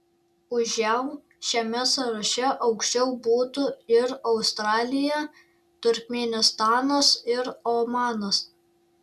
už jav šiame sąraše aukščiau būtų ir australija turkmėnistanas ir omanas